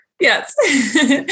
Yes